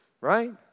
right